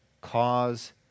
cause